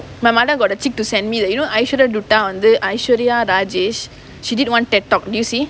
my mother got the cheek to send me you know aishwarya dutta வந்து:vanthu aishwarya rajish she did one T_E_D talk did you see